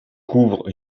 couvre